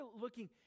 looking